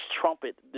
trumpet